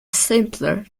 simpler